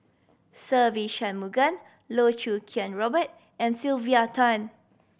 Se Ve Shanmugam Loh Choo Kiat Robert and Sylvia Tan